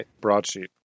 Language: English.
broadsheet